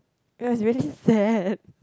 it was really sad